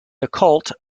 occult